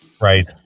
Right